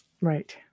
Right